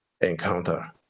encounter